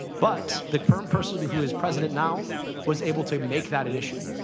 but the current person who is president now was able to make that an issue,